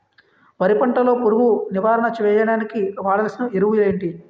వరి పంట లో పురుగు నివారణ చేయడానికి వాడాల్సిన ఎరువులు ఏంటి?